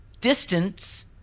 distance